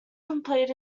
competed